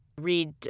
read